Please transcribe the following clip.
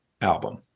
album